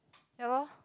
ya lor